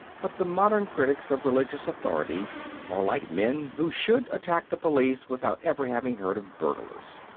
but the modern critics of religious authority are like men who should attack the police without ever having heard of burglars.